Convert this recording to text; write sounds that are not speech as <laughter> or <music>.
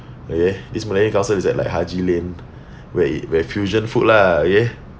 okay this malayan council is at like haji lane <breath> where where fusion food lah okay